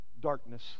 darkness